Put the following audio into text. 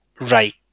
right